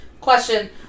question